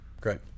great